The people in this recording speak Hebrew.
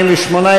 48,